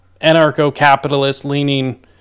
anarcho-capitalist-leaning